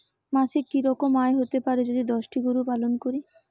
মাসিক কি রকম আয় হতে পারে যদি দশটি গরু পালন করি?